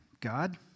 God